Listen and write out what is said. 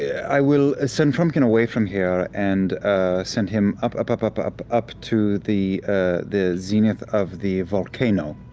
i will send frumpkin away from here and send him up, up, up, up, up, up to the ah the zenith of the volcano